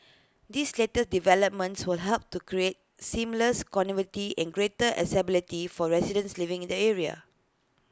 these letter developments will help to create seamless connectivity and greater accessibility for residents living in the area